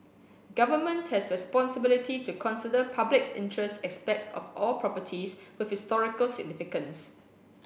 government has responsibility to consider public interest aspects of all properties with historical significance